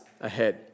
ahead